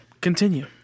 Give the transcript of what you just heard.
Continue